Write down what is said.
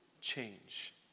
change